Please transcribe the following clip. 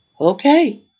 Okay